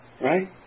Right